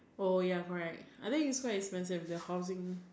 oh ya correct I think it's quite expensive the housing